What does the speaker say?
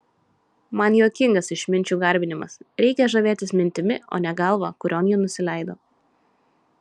man juokingas išminčių garbinimas reikia žavėtis mintimi o ne galva kurion ji nusileido